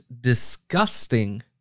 disgusting